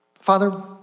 Father